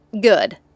Good